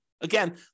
Again